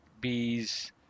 bees